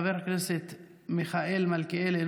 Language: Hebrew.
חבר הכנסת מיכאל מלכיאלי,